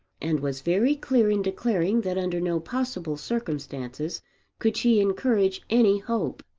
and was very clear in declaring that under no possible circumstances could she encourage any hope.